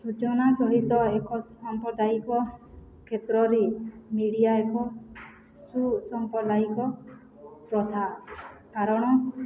ସୂଚନା ସହିତ ଏକ ସାମ୍ପ୍ରଦାୟିକ କ୍ଷେତ୍ରରେ ମିଡ଼ିଆ ଏକ ସୁସାମ୍ପ୍ରଦାୟିକ ପ୍ରଥା କାରଣ